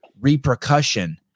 repercussion